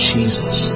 Jesus